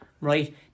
right